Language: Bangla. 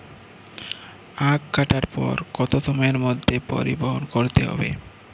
আখ কাটার পর কত সময়ের মধ্যে পরিবহন করতে হবে?